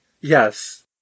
Yes